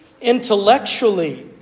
intellectually